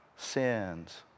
sins